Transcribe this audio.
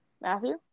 Matthew